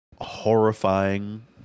horrifying